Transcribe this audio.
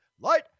light